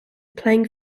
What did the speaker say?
playing